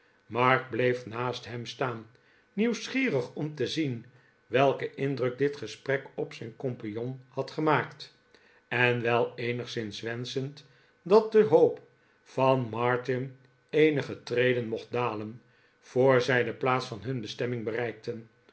mark bleef naast hem staan nieuwsgierig om te zien welken indruk dit gesprek op zijn compagnon had gemaakt en wel eenigszins wenschend dat de hoop van martin eenige treden mocht dalen voor zij de plaats van hun bestemming bereikten